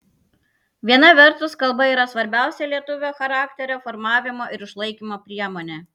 viena vertus kalba yra svarbiausia lietuvio charakterio formavimo ir išlaikymo priemonė